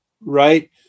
right